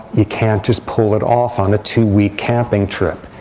you can't just pull it off on a two-week camping trip.